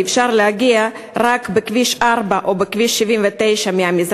אפשר להגיע רק בכביש 4 או בכביש 79 מהמזרח,